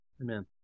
Amen